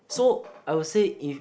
so I would say if